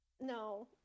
No